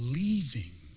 leaving